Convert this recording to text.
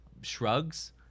shrugs